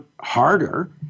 harder